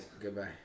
Goodbye